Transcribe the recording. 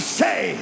say